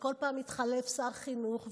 וכל פעם התחלף שר חינוך,